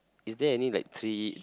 is there any like three